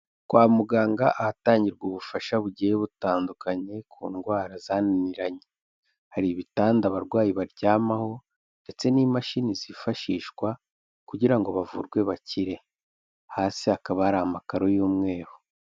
Kwa muganga ahatangirwa ubufasha bugiye butandukanye ku ndwara zananiranye. Hari ibitanda abarwayi baryamaho ndetse n'imashini zifashishwa kugira ngo bavurwe bakire. Hasi hakaba hari amakaro y'umweru.